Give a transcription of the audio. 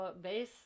base